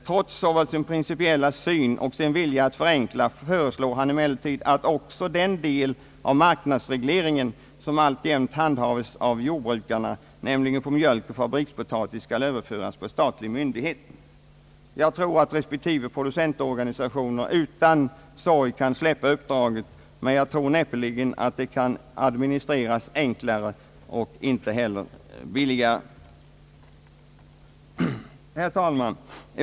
Trots sin principiella syn och sin vilja att förenkla föreslår han emellertid att också den del av marknadsregleringen som alltjämt handhas av jordbrukarna, nämligen för mjölk och fabrikspotatis, skall överföras på stat lig myndighet. Jag tror att respektive producentorganisationer utan sorg kan släppa uppdraget, men jag tror näppeligen att det kan administreras enklare och billigare. Herr talman!